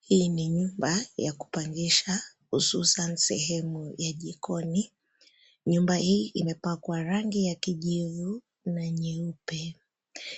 Hii ni nyumba ya kupangisha hususan sehemu ya jikoni. Nyumba hii imepakwa rangi ya kijivu na nyeupe.